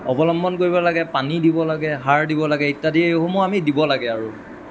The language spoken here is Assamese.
অৱলম্বন কৰিব লাগে পানী দিব লাগে সাৰ দিব লাগে ইত্যাদিসমূহ আমি দিব লাগে আৰু